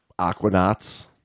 aquanauts